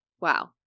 Wow